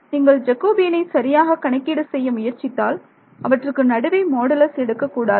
நீங்கள் ஜெகோபியனை சரியாக கணக்கீடு செய்ய முயற்சித்தால் அவற்றுக்கு நடுவே மாடுலஸ் எடுக்கக்கூடாது